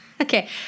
Okay